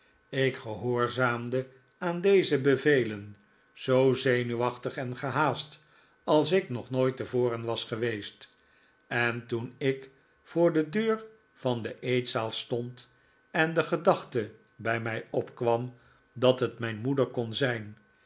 ik gehoorzaamde aan deze bevelen zoo zenuwachtig en gehaast als ik nog nooit tevoren was geweest en toen ik voor de ik krijg bezoek deur van de eetzaal stond en de gedachte bij mij opkwam dat het mijn moeder kon zijn